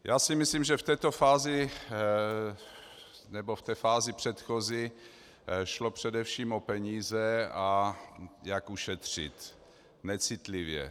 Já si myslím, že v této fázi nebo fázi předchozí šlo především o peníze, a jak ušetřit necitlivě.